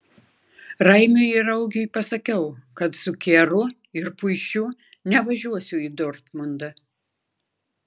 raimiui ir augiui pasakiau kad su kieru ir puišiu nevažiuosiu į dortmundą